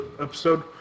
episode